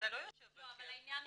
אתה לא יושב בהרכב.